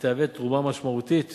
ותהווה תרומה משמעותית